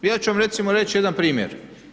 Ja ću vam recimo reći jedan primjer.